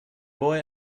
boy